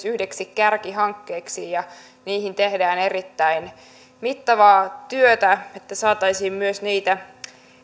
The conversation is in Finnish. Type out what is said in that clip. yhdeksi kärkihankkeeksi ja tehdään erittäin mittavaa työtä että saataisiin myös niitä